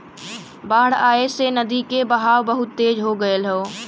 बाढ़ आये से नदी के बहाव बहुते तेज हो गयल हौ